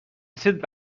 رسید